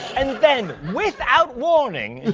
and then without warning and